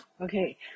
Okay